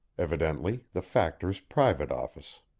evidently the factor's private office.